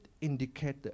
indicator